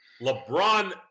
LeBron